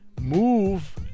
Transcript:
move